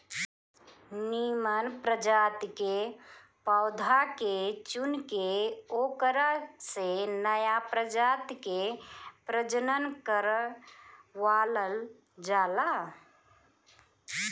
निमन प्रजाति के पौधा के चुनके ओकरा से नया प्रजाति के प्रजनन करवावल जाला